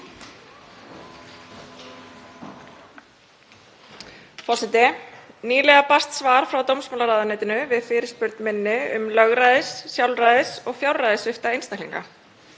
Forseti. Nýlega barst svar frá dómsmálaráðuneytinu við fyrirspurn minni um lögræðis-, sjálfræðis-, og fjárræðissvipta einstaklinga.